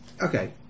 Okay